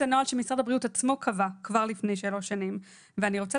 הנוהל שמשרד הבריאות עצמו קבע כבר לפני שלוש שנים ואני רוצה